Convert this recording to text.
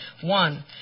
One